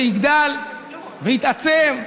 ויגדל ויתעצם.